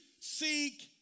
seek